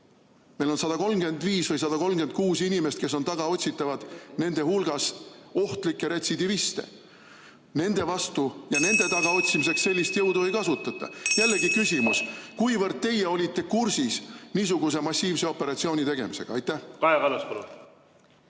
meil on 135 või 136 inimest, kes on tagaotsitavad, nende hulgas ohtlikke retsidiviste, aga nende tagaotsimiseks sellist jõudu ei kasutata. Jällegi küsimus: kuivõrd teie olite kursis niisuguse massiivse operatsiooni tegemisega? Kaja Kallas,